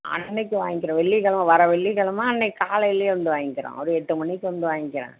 அன்றைக்கி வாங்க்கிறேன் வெள்ளிக்கெழமை வர வெள்ளிக்கெழமை அன்றைக்கி காலையிலியே வந்து வாங்க்கிறோம் ஒரு எட்டு மணிக்கு வந்து வாங்க்கிறேன்